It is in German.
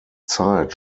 zeit